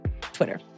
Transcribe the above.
Twitter